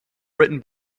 written